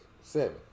Seven